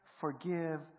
forgive